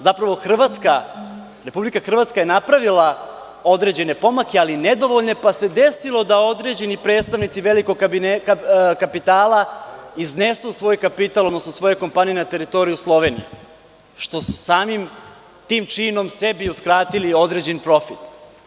Zapravo Hrvatska je napravila određene pomake, ali nedovoljne pomake, pa se desilo da određeni predstavnici velikog kapitala iznesu svoj kapital, odnosno svoje kompanije na teritoriju Slovenije, što su samim tim činom sebi uskratili određeni profit.